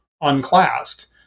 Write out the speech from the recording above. unclassed